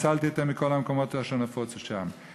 "והצלתי אתהם מכל המקומות אשר נפצו שם".